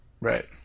Right